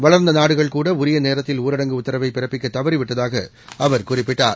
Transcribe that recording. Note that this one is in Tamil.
வளர்ந்த நாடுகள்கூட உரிய நேரத்தில் ஊரடங்கு உத்தரவை பிறப்பிக்க தவறி விட்டதாக அவர் குறிப்பிட்டார்